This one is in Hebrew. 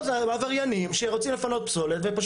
זה עבריינים שרוצים לפנות פסולת ופשוט